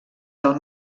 del